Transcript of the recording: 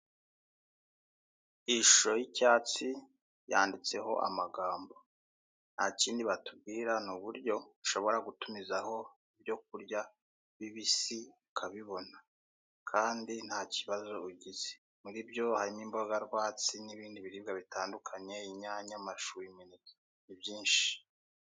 Ishusho y'icyatsi yanditseho amagambo, ntakindi batubwira ni uburyo ushobora gutumizaho ibyo kurya bibisi ukabibona kandi ntakibazo ugize, muri byo harimo imboga rwatsi n'ibindi biribwa bitandukanye, inyanya, amashu, imineke, ni byinshi.